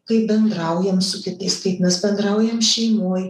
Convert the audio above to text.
kaip bendraujam su kitais kaip mes bendraujam šeimoj